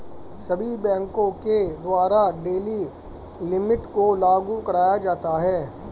सभी बैंकों के द्वारा डेली लिमिट को लागू कराया जाता है